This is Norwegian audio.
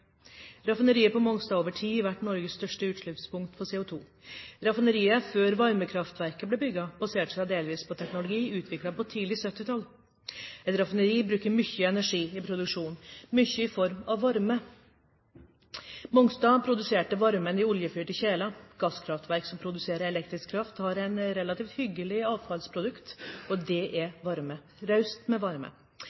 Raffineriet på Mongstad har over tid vært Norges største utslippspunkt for CO2. Raffineriet, før varmekraftverket ble bygd, baserte seg delvis på teknologi utviklet på tidlig 1970-tall. Et raffineri bruker mye energi i produksjonen, mye i form av varme. Mongstad produserte varmen i oljefyrte kjeler. Gasskraftverk som produserer elektrisk kraft, har et relativt hyggelig «avfallsprodukt», og det er